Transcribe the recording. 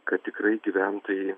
kad tikrai gyventojai